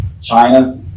China